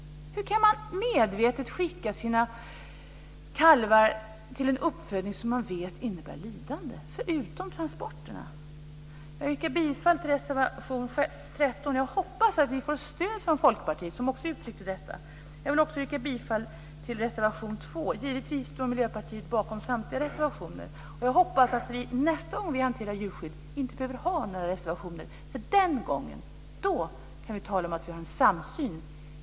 Hur kan man medvetet skicka sina kalvar till en uppfödning som man vet innebär lidande, förutom transporterna? Jag yrkar bifall till reservation 13 och jag hoppas att vi får stöd från Folkpartiet, som också uttryckte detta. Jag vill också yrka bifall till reservation 2. Givetvis står Miljöpartiet bakom samtliga reservationer, och jag hoppas att vi nästa gång vi hanterar djurskydd inte behöver ha några reservationer. Då kan vi tala om att vi har en samsyn.